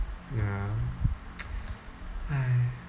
ya